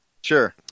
Sure